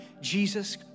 Jesus